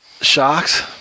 Sharks